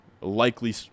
likely